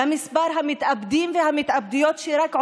על מספר המתאבדים והמתאבדות שרק עולה,